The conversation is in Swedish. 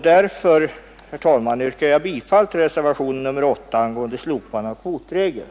Därför, herr talman, yrkar jag bifall till reservationen 8 angående slopande av kvotregeln.